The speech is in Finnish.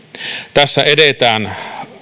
tässä edetään